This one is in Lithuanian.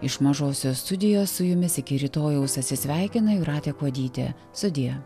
iš mažosios studijos su jumis iki rytojaus atsisveikina jūratė kuodytė sudie